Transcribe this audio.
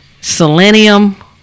Selenium